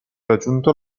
raggiunto